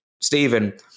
Stephen